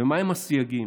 ומהם הסייגים?